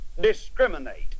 discriminate